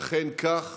ואכן, כך